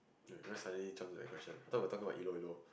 why suddenly jump to that question I thought we were talking about Ilo-Ilo